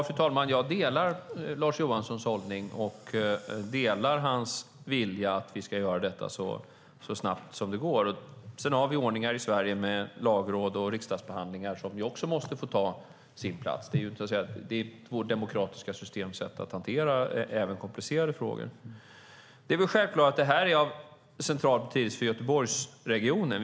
Fru talman! Jag delar Lars Johanssons hållning, och jag delar hans vilja att detta ska göras så snabbt som möjligt. Vi har en ordning i Sverige med lagråd och riksdagsbehandlingar som måste få ta plats. Det är vårt demokratiska systems sätt att hantera även komplicerade frågor. Det är självklart att detta är av central betydelse för Göteborgsregionen.